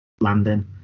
landing